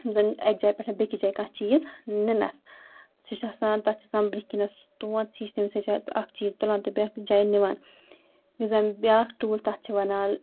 ییٚلہِ زَن اَکہِ جایہِ پٮ۪ٹھ بیٚکس جایہِ کانٛہہ چیٖز نِنَس سُہ چھُ آسان تَتھ چھُ آسان برونٛہہ کِنَیٚتھ سُہ تونتھ ہِش تَمہِ سۭتۍ چھُ اکھ چیٖز تُلان تہٕ بیاکھ جایہِ نِوان یُس زَن بیاکھ ٹوٗل تَتھ چھِ وَنان